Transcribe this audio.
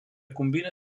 combina